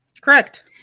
Correct